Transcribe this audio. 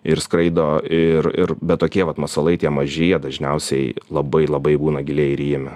ir skraido ir ir bet tokie vat masalai tie maži jie dažniausiai labai labai būna giliai įryjami